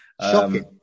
Shocking